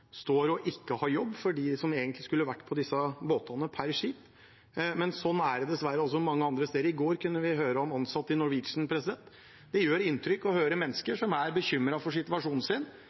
ikke har jobb – per skip – og som egentlig skulle ha vært på disse båtene, men sånn er det dessverre også mange andre steder. I går kunne vi høre om ansatte i Norwegian. Det gjør inntrykk å høre om mennesker som er bekymret for situasjonen sin